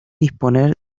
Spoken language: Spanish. disponer